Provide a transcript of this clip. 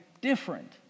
different